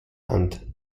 hand